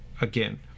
again